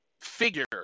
figure